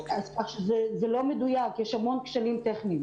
זה לא מדויק, המון כשלים טכניים.